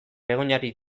begoñari